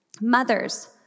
Mothers